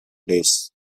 days